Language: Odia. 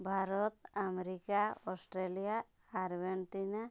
Bharat America Australia Argentina